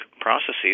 processes